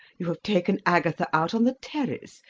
you have taken agatha out on the terrace,